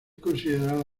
considerada